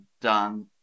done